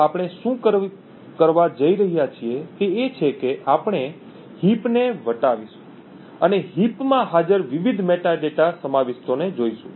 તો આપણે શું કરવા જઈ રહ્યા છીએ તે એ છે કે આપણે heap ને વટાવીશું અને heap માં હાજર વિવિધ મેટાડેટા સમાવિષ્ટોને જોશું